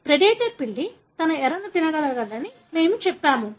predator పిల్లి తన ఎరను తినగలదని మేము చెప్పాము